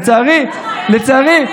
לצערי,